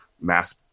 mass